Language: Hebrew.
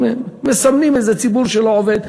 מסמנים איזה ציבור שלא עובד,